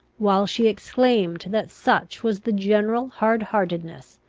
while she exclaimed that such was the general hardheartedness,